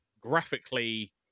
graphically